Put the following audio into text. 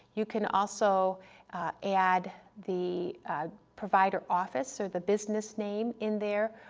you can also add the provider office, so the business name in there,